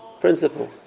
principle